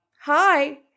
hi